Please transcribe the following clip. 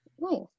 nice